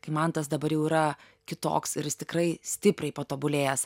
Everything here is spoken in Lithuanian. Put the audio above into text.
kai mantas dabar jau yra kitoks ir jis tikrai stipriai patobulėjęs